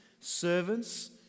servants